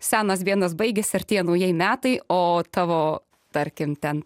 senas vienas baigiasi artėja naujieji metai o tavo tarkim ten